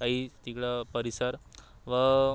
काही तिकडं परिसर व